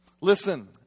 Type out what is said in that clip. Listen